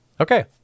Okay